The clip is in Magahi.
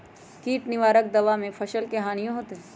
किट निवारक दावा से फसल के हानियों होतै?